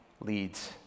leads